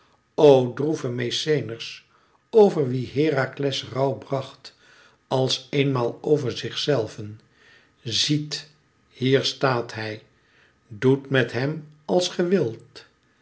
o droeve mykenæërs over wie herakles rouw bracht als eenmaal over zichzelven ziet hier staat hij doet met hem als